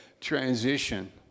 transition